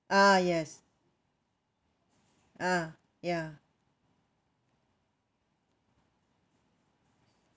ah yes ah ya